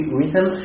rhythm